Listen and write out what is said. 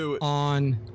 on